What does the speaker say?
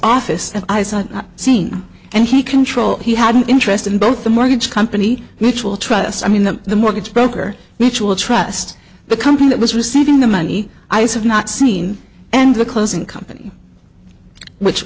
office at the scene and he control he had an interest in both the mortgage company mutual trust i mean the the mortgage broker mutual trust the company that was receiving the money i have not seen and the closing company which